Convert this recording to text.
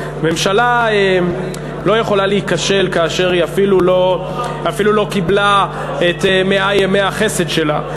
ממשלה לא יכולה להיכשל כאשר היא אפילו לא קיבלה את מאה ימי החסד שלה.